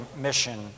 mission